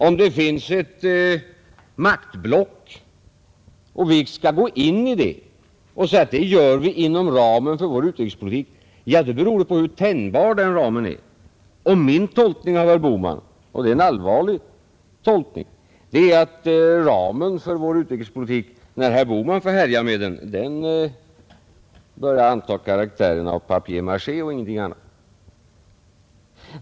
Om det finns ett maktblock och vi skall gå in i det och säger att det gör vi inom ramen för vår utrikespolitik, då beror det på hur tänjbar den ramen är. Min tolkning av herr Bohman — och det är en allvarlig tolkning — är att ramen för vår utrikespolitik, när herr Bohman får härja med den, börjar anta karaktären av papier-maché och ingenting annat.